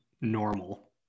normal